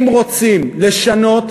אם רוצים לשנות,